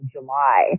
July